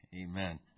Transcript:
amen